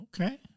okay